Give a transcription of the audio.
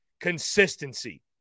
consistency